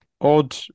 odd